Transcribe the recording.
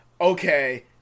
okay